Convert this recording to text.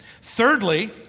Thirdly